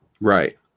Right